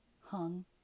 hung